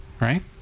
right